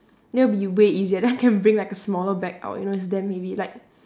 that will be way easier then I can bring like a smaller bag out you know it's damn heavy like